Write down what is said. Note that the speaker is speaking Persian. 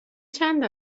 چند